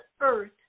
earth